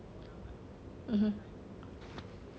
(uh huh)